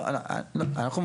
לא, אנחנו מבחינתנו,